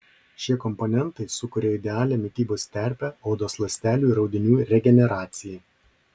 šie komponentai sukuria idealią mitybos terpę odos ląstelių ir audinių regeneracijai